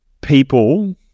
people